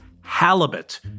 halibut